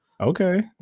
Okay